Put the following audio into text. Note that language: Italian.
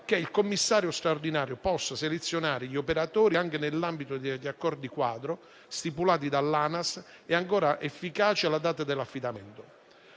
che il commissario straordinario possa selezionare gli operatori anche nell'ambito degli accordi quadro stipulati dall'ANAS e ancora efficaci alla data dell'affidamento.